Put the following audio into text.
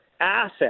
asset